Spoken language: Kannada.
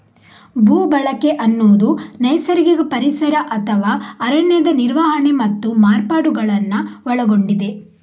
ಭೂ ಬಳಕೆ ಅನ್ನುದು ನೈಸರ್ಗಿಕ ಪರಿಸರ ಅಥವಾ ಅರಣ್ಯದ ನಿರ್ವಹಣೆ ಮತ್ತು ಮಾರ್ಪಾಡುಗಳನ್ನ ಒಳಗೊಂಡಿದೆ